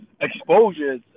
Exposure